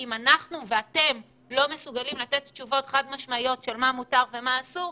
אם אתם ואנחנו לא מסוגלים לתת תשובות חד משמעיות מה מותר ומה אסור,